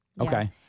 Okay